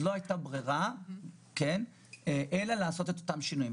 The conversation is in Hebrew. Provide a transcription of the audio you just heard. לא הייתה ברירה אלא לעשות את אותם שינויים.